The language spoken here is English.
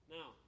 Now